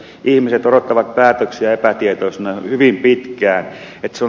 ihmiset odottavat päätöksiä epätietoisina hyvin pitkään